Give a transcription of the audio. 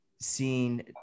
seen